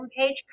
homepage